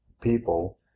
people